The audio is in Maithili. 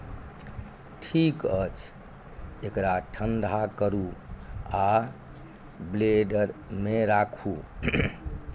ठीक अछि एकरा ठण्ढा करू आ ब्लेंडरमे राखू